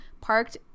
parked